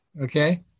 Okay